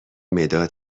مداد